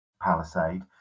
palisade